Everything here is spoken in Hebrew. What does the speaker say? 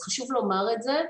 אז חשוב לומר את זה,